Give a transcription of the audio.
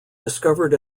discovered